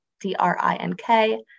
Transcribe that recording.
D-R-I-N-K